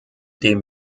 dem